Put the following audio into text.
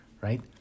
Right